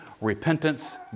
repentance